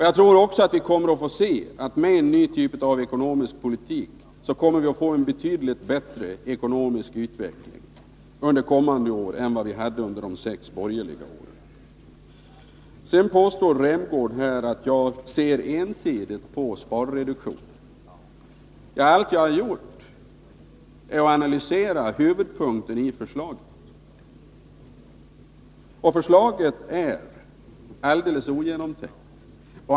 Jag tror också att vi alla kommer att få uppleva att den socialdemokratiska regeringens nya ekonomiska politik leder till att den ekonomiska utvecklingen i landet under de kommande åren blir betydligt bättre än den vi haft under de sex borgerliga åren. Rolf Rämgård påstår att jag ser ensidigt på sparreduktionen. Men allt jag har gjort är att analysera huvudpunkten i förslaget, och förslaget är alldeles ogenomtänkt.